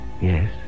Yes